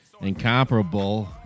incomparable